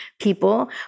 people